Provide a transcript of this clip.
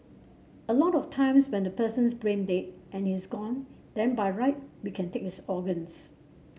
a lot of times when the person's brain dead and he's gone then by right we can take his organs